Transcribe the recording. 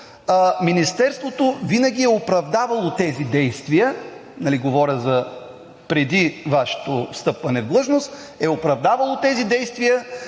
Министерството винаги е оправдавало тези действия, говоря преди Вашето встъпване в длъжност, адвокатствало е на тези